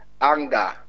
anger